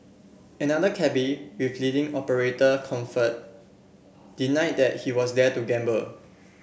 another cabby with leading operator Comfort denied that he was there to gamble